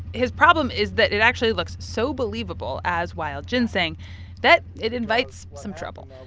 his problem is that it actually looks so believable as wild ginseng that it invites some trouble.